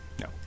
No